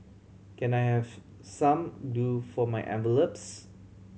can I have some glue for my envelopes